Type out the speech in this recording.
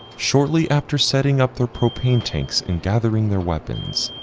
shortly after setting up their propane tanks and gathering their weapons,